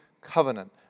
covenant